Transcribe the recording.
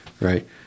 Right